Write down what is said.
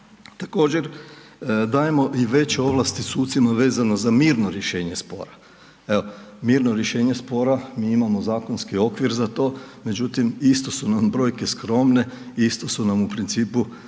Također dajemo i veće ovlasti sucima vezano za mirno rješenje spora. Evo mirno rješenje spora, mi imamo zakonski okvir za to, međutim, isto su nam brojke skromne isto su nam u principu